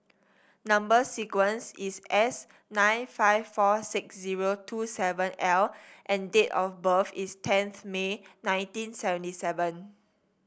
number sequence is S nine five four six zero two seven L and date of birth is tenth May nineteen seventy seven